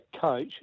coach